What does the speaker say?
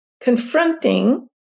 confronting